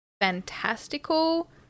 fantastical